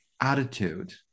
attitude